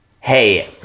hey